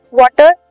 water